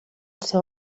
seu